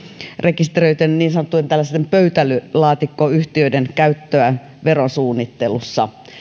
rekisteröityjen niin sanottujen pöytälaatikkoyhtiöiden käyttöön verosuunnittelussa